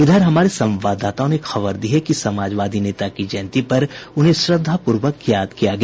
इधर हमारे संवाददाताओं ने खबर दी है कि समाजवादी नेता की जयंती पर उन्हें श्रद्वापूर्वक याद किया गया